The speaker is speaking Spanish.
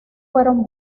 fueron